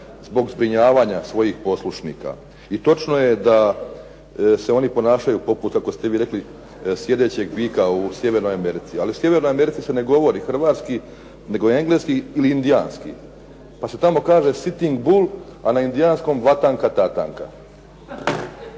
zbog zbrinjavanja svojih poslušnika. I točno je da se oni ponašaju poput, kako ste vi rekli, sjedećeg bika u Sjevernoj Americi. Ali u Sjevernoj Americi se ne govori hrvatski nego engleski ili indijanski pa se tamo kaže Sitting bull, a na indijanskom Vatanka Tatanka.